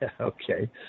Okay